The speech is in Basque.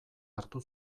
hartu